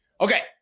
Okay